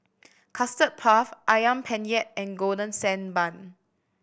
Custard Puff Ayam Penyet and Golden Sand Bun